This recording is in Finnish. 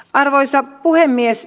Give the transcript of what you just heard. arvoisa puhemies